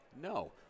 No